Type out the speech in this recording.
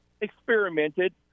experimented